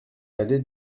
allée